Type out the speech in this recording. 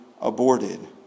aborted